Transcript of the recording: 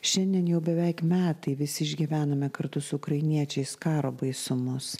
šiandien jau beveik metai visi išgyvename kartu su ukrainiečiais karo baisumus